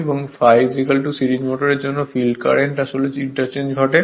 এবং ∅ সিরিজ মোটরের জন্য ফিল্ড কারেন্ট আসলে ইন্টার চেঞ্জ ঘটে